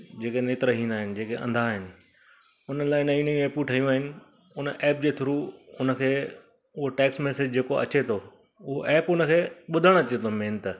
जेके नेत्रहिन आहिनि जेके अंधा आहिनि उन लाइ नई नई एपू ठही आहिनि उन एप जे थ्रू उन खे हो टैक्स मैसेज जेको अचे थो हूअ एप उनखे ॿुधण अचे थो मेन त